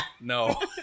No